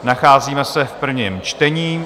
Nacházíme se v prvním čtení.